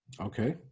Okay